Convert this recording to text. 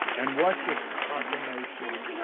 and what this proclamation,